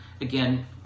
Again